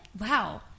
wow